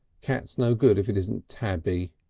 cat's no good if it isn't tabby.